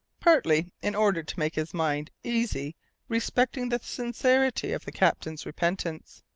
partly in order to make his mind easy respecting the sincerity of the captain's repentance,